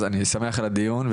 אני שמח על הדיון,